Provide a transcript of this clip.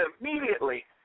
immediately